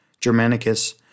Germanicus